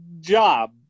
job